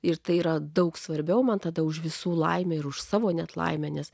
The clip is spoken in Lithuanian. ir tai yra daug svarbiau man tada už visų laimę ir už savo net laimę nes